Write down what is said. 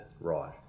Right